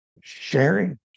sharing